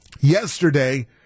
Yesterday